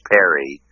Perry